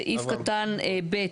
סעיף קטן (ב),